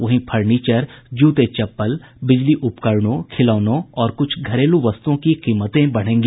वहीं फर्नीचर जूते चप्पल बिजली उपकरणों खिलौनों और कुछ घरेलू वस्तुओं की कीमतें बढ़ेंगी